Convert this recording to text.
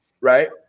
Right